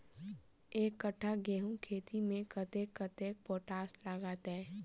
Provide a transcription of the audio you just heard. एक कट्ठा गेंहूँ खेती मे कतेक कतेक पोटाश लागतै?